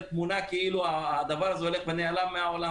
תמונה כאילו הדבר הזה הולך ונעלם מהעולם.